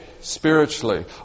spiritually